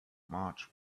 march